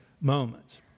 moments